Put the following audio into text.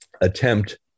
attempt